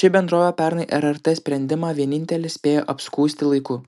ši bendrovė pernai rrt sprendimą vienintelė spėjo apskųsti laiku